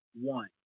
one